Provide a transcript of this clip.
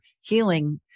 healing